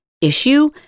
issue